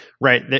Right